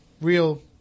real